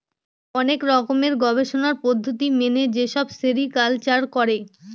অনেক রকমের গবেষণার পদ্ধতি মেনে যেসব সেরিকালচার করে